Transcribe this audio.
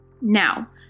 Now